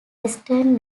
western